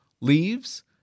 leaves